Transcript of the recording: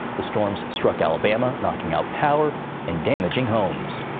the storms struck alabama, knocking out power and damaging homes.